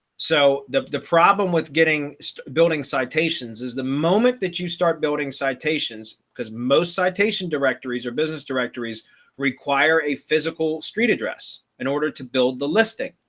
so the the problem with getting so building citations is the moment that you start building citations because most citation directories or business directories require a physical street address in order to build the listing.